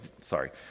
sorry